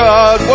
God